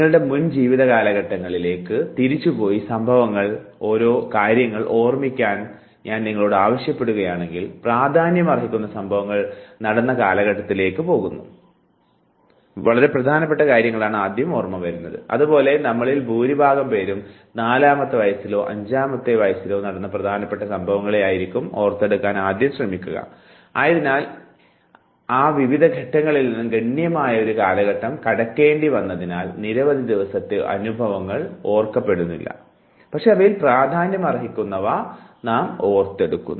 നിങ്ങളുടെ മുൻ ജീവിത കാലഘട്ടങ്ങളിലേക്ക് തിരിച്ചുപോയി സംഭവങ്ങൾ ഓർമ്മിക്കാൻ ഞാൻ നിങ്ങളോട് ആവശ്യപ്പെടുകയാണെങ്കിൽ പ്രാധാന്യം അർഹിക്കുന്ന സംഭവങ്ങൾ നടന്ന കാലഘട്ടത്തിലേക്ക് പോകുന്നു അതുപോലെ നമ്മളിൽ ഭൂരിഭാഗം പേരും നാലാമത്തെ വയസ്സിലോ അഞ്ചാമത്തെ വയസ്സിലോ നടന്ന പ്രധാനപ്പെട്ട സംഭവങ്ങളെയായിരിക്കും ഓർത്തെടുക്കാൻ ശ്രമിക്കുക ആയതിനാൽ ആ വിവിധ ഘട്ടങ്ങളിൽ നിന്ന് ഗണ്യമായ ഒരു കാലഘട്ടം കടക്കേണ്ടിവന്നതിനാൽ നിരവധി ദിവസത്തെ അനുഭവങ്ങൾ ഓർമ്മിക്കപ്പെടുന്നില്ല പക്ഷെ അവയിൽ പ്രാധാന്യം അർഹിക്കുന്നത് മാത്രം നാം ഓർത്തെടുക്കുന്നു